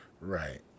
right